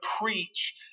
preach